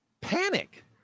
panic